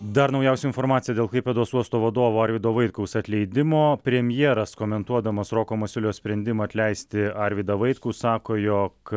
dar naujausia informacija dėl klaipėdos uosto vadovo arvydo vaitkaus atleidimo premjeras komentuodamas roko masiulio sprendimą atleisti arvydą vaitkų sako jog